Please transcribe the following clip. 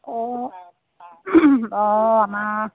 অঁ অঁ আমাৰ